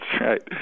right